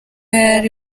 yari